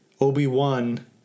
Obi-Wan